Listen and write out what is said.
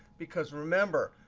because remember,